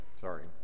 Sorry